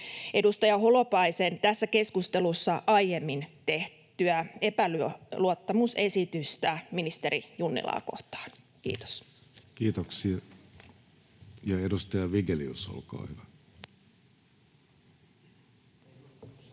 edustaja Holopaisen tässä keskustelussa aiemmin tekemää epäluottamusesitystä ministeri Junnilaa kohtaan. — Kiitos. [Timo Heinonen: Ei